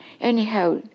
Anyhow